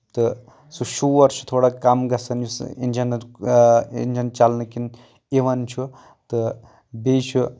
تہٕ سُہ شور چھُ تھوڑا کَم گژھان یُس انِجَنن انٛجن چلنہٕ کِنۍ یِوان چھُ تہٕ بیٚیہِ چھُ